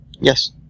Yes